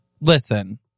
Listen